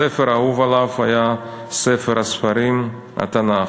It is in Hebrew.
הספר האהוב עליו היה ספר הספרים, התנ"ך.